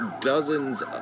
dozens